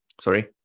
Sorry